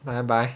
拜拜